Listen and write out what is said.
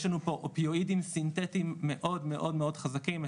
יש לנו פה אופיואידים סינטטיים מאוד מאוד חזקים,